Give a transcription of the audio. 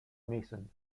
mason